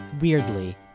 weirdly